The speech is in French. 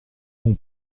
mon